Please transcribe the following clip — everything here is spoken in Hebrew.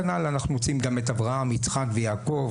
כנ"ל אנחנו מוצאים גם את אברהם, יצחק ויעקב.